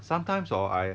sometimes hor I